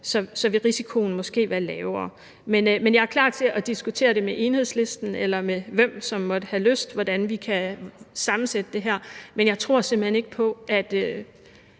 vil risikoen måske være lavere. Jeg er klar til at diskutere det med Enhedslisten eller med hvem, som måtte have lyst, hvordan vi kan sammensætte det her, men jeg tror simpelt hen ikke på, at